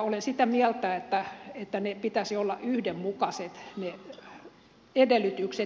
olen sitä mieltä että niiden edellytysten pitäisi olla yhdenmukaiset